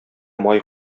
май